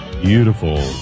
beautiful